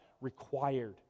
required